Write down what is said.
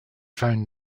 found